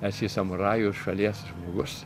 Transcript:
esi samurajų šalies žmogus